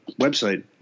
website